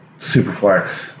Superflex